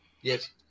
Yes